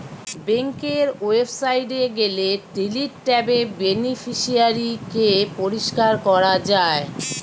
বেংকের ওয়েবসাইটে গেলে ডিলিট ট্যাবে বেনিফিশিয়ারি কে পরিষ্কার করা যায়